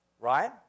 right